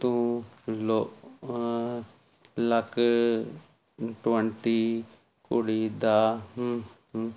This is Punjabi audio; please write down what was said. ਤੂੰ ਲੋ ਲੱਕ ਟਵੰਟੀ ਕੁੜੀ ਦਾ ਹੂੰ ਹੂੰ